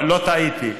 לא טעיתי.